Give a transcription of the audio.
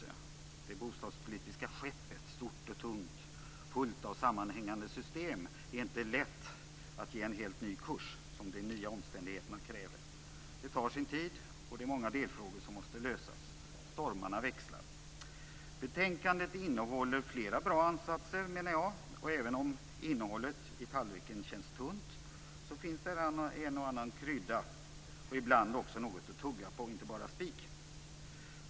Det bostadspolitiska skeppet, stort och tungt och fullt av sammanhängande system, är inte lätt att ge en helt ny kurs, som de nya omständigheterna kräver. Det tar sin tid, och det är många delfrågor som måste lösas. Stormarna växlar. Betänkandet innehåller flera bra ansatser. Även om tallrikens innehåll känns tunt, finns det en och annan krydda och ibland också något att tugga på, inte bara spik.